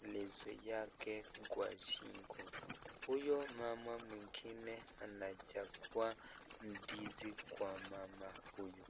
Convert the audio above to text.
ndizi yake kwa shingo, huyu mama mwingine anachakua ndizi Kwa mama huyu.